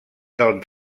del